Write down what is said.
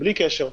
בלי קשר.